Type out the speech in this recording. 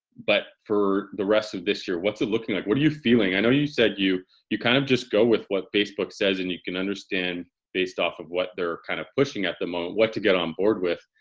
but for the rest of this year, what's it looking like? what are you feeling? i know you said you you kind of just go with what facebook says and you can understand based off of what they're kind of pushing at the moment, what to get on board with.